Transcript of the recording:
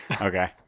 Okay